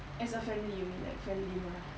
as a family you mean like family dinner ah